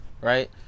right